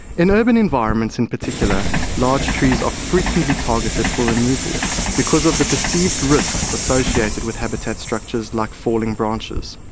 in urban environments in particular, large trees are frequently targeted for removal because of the perceived risks associated with habitat structures like falling branches.